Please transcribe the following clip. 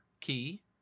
key